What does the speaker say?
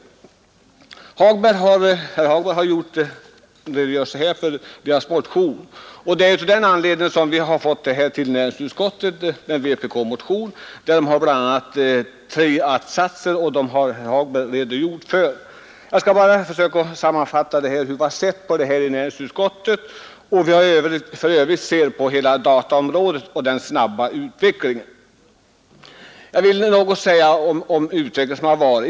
Herr Hagberg har här redogjort för den vpk-motion som vi har fått att behandla i näringsutskottet, i vilken motion bl.a. förekommer tre att-satser som herr Hagberg talade om. Jag skall försöka sammanfatta hur vi har sett på dem i näringsutskottet och hur vi för övrigt ser på hela dataområdet och den snabba utvecklingen där. Jag vill först säga något om den hittillsvarande allmänna utvecklingen på detta område.